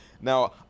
Now